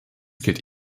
gilt